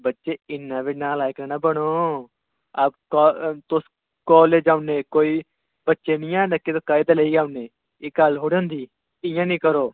बच्चे इन्ना बी नलायक नना बनो आप तुस काॅलेज औने कोई बच्चे निं हैन निक्के जेह्के कायदा लेइयै औने एह् गल्ल खोड़े होंदी इं'या निं करो